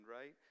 right